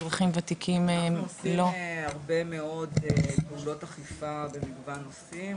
אנחנו עושים הרבה מאוד פעולות אכיפה במגוון נושאים.